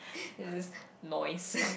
then it's just noise